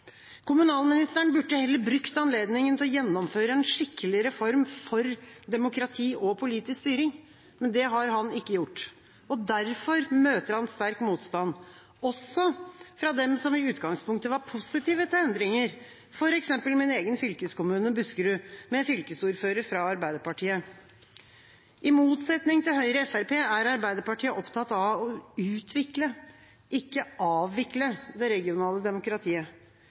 Kommunalministeren burde heller ha brukt anledningen til å gjennomføre en skikkelig reform for demokrati og politisk styring, men det har han ikke gjort. Derfor møter han sterk motstand, også fra dem som i utgangspunktet var positive til endringer, f.eks. min egen fylkeskommune, Buskerud, med fylkesordfører fra Arbeiderpartiet. I motsetning til Høyre og Fremskrittspartiet er Arbeiderpartiet opptatt av å utvikle, ikke avvikle det regionale demokratiet.